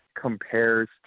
compares